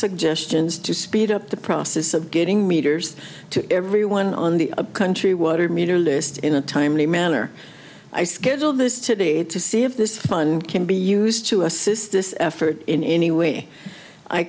suggestions to speed up the process of getting meters to everyone on the country water meter list in a timely manner i schedule this today to see if this fun can be used to assist this effort in any way i